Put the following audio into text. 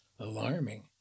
alarming